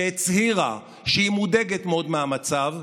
שהצהירה שהיא מודאגת מאוד מהמצב,